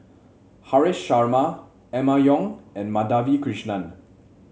Haresh Sharma Emma Yong and Madhavi Krishnan